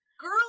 girl